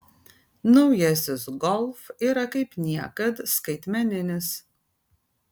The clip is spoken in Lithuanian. naujasis golf yra kaip niekad skaitmeninis